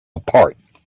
apart